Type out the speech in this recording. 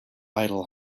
idle